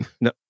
No